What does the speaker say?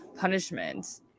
punishment